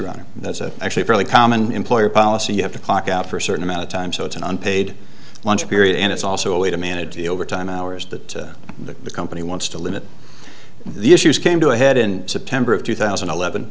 a actually fairly common employer policy you have to clock out for a certain amount of time so it's an unpaid lunch period and it's also a way to manage the overtime hours that the company wants to limit the issues came to a head in september of two thousand and eleven